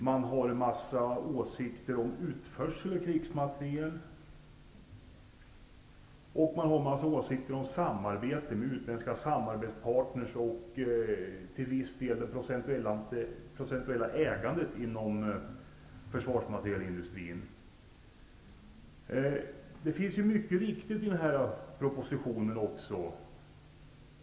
Man har en massa åsikter om utförsel av krigsmateriel, och man har en massa åsikter om samarbete med utländska samarbetspartners och om det procentuella ägandet inom försvarsmaterielindustrin. Det finns mycket som är viktigt i propositionen också.